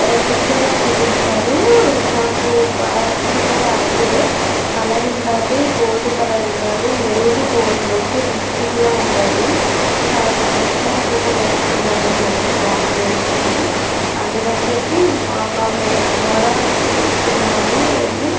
తిక్గా చూపించారు నాకు కావాల్సింది కూడా అదే కలర్ ఉండాలి గోల్డ్ కలర్ ఉండాలి మెరూన్ గోల్డ్ రెండు మిక్సింగ్లో ఉండాలి చాలా సంవత్సరాల క్రితం వేసుకున్నాను నేను ఈ కాంబినేషను అందుకని చెప్పి ఇంక కాంబినేషన్ కూడా తీసుకుందామని వెళ్ళి